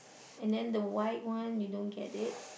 and then the white one they don't get it